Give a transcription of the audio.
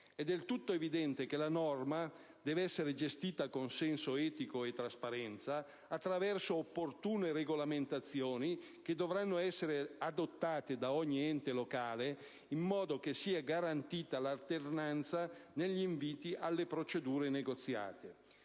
È del tutto evidente che la norma deve essere gestita con senso etico e trasparenza, attraverso opportune regolamentazioni che dovranno essere adottate da ogni ente locale in modo che sia garantita l'alternanza negli inviti alle procedure negoziate.